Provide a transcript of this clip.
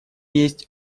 есть